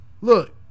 Look